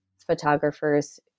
Photographers